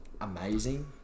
Amazing